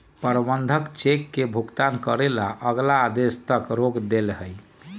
प्रबंधक चेक के भुगतान करे ला अगला आदेश तक रोक देलई ह